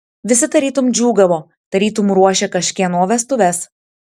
visi tarytum džiūgavo tarytum ruošė kažkieno vestuves